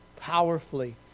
powerfully